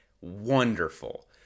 Wonderful